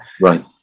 right